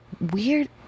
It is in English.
weird